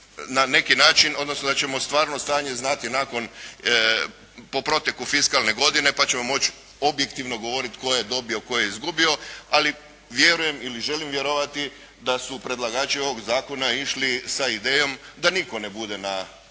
na neki način, odnosno da ćemo stvarno stanje znati nakon po proteku fiskalne godine, pa ćemo moći objektivno govoriti tko je dobio tko je izgubio, ali vjerujem ili želim vjerovati da su predlagači ovog zakona išli sa idejom da nitko ne bude na